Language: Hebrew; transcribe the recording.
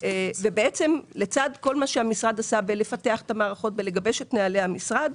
לצד כל מה שהמשרד עשה בפיתוח המערכות ובגיבוש נהלי המשרד,